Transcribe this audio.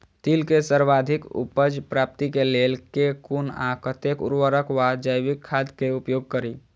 तिल केँ सर्वाधिक उपज प्राप्ति केँ लेल केँ कुन आ कतेक उर्वरक वा जैविक खाद केँ उपयोग करि?